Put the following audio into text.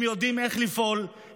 הם יודעים איך לפעול,